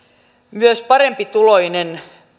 myös parempituloinen